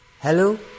Hello